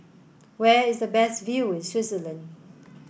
where is the best view in Switzerland